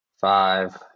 five